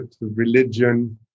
religion